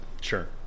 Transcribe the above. sure